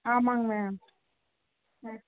ஆமாங்க மேம் ஆ